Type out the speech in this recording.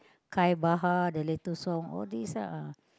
Khai-Bahar the later song all these ah